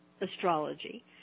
astrology